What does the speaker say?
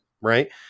Right